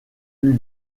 eut